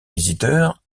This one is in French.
visiteurs